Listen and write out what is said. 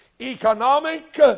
economic